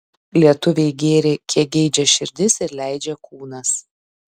lietuviai gėrė kiek geidžia širdis ir leidžia kūnas